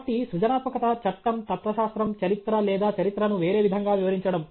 కాబట్టి సృజనాత్మకత చట్టం తత్వశాస్త్రం చరిత్ర లేదా చరిత్రను వేరే విధంగా వివరించడం